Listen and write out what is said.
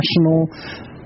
national